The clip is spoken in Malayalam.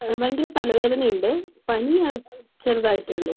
ഭയങ്കര തലവേദന ഉണ്ട് പനി ചെറുതായിട്ടേ ഉള്ളു